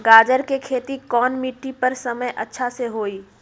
गाजर के खेती कौन मिट्टी पर समय अच्छा से होई?